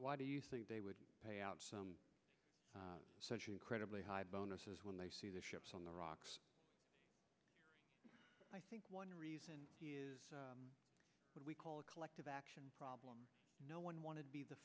why do you think they would pay out such incredibly high bonuses when they see the ships on the rocks i think one reason what we call a collective action problem no one wanted to be the